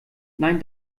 nein